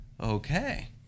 okay